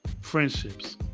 friendships